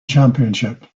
championship